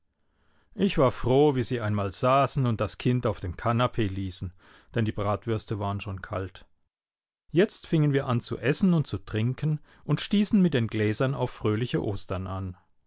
ich war froh wie sie einmal saßen und das kind auf dem kanapee ließen denn die bratwürste waren schon kalt jetzt fingen wir an zu essen und zu trinken und stießen mit den gläsern auf fröhliche ostern an